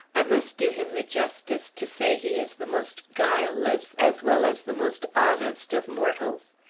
i must do him the justice to say he is the most guileless, as well as the most honest of mortals.